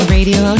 Radio